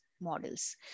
models